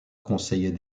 conseiller